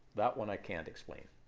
that one i can't explain.